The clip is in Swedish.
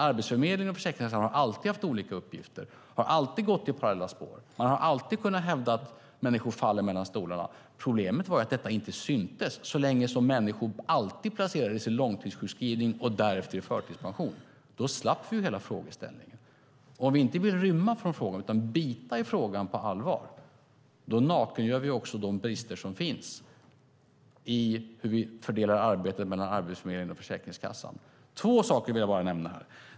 Arbetsförmedlingen och Försäkringskassan har alltid haft olika uppgifter och gått i parallella spår. Man har alltid kunnat hävda att människor faller mellan stolarna. Problemet var att detta inte syntes så länge människor alltid placerades i långtidssjukskrivning och därefter i förtidspension. Då slapp vi hela frågeställningen. Om vi inte vill rymma från frågan utan bita i den på allvar nakengör vi också de brister som finns i hur vi fördelar arbetet mellan Arbetsförmedlingen och Försäkringskassan. Två saker vill jag nämna här.